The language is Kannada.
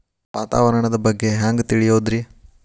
ವಾತಾವರಣದ ಬಗ್ಗೆ ಹ್ಯಾಂಗ್ ತಿಳಿಯೋದ್ರಿ?